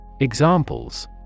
Examples